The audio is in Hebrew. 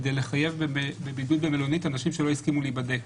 כדי לחייב בבידוד במלונית אנשים שלא הסכימו להיבדק.